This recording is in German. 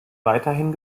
weiterhin